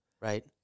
Right